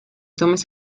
tomes